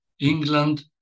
England